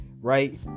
right